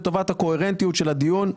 לטובת הקוהרנטיות של הדיון,